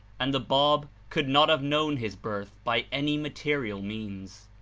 and the bab could not have known his birth by any material means.